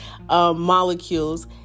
molecules